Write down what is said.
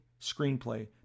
screenplay